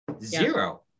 zero